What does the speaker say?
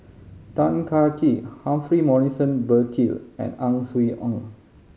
Tan Kah Kee Humphrey Morrison Burkill and Ang Swee Aun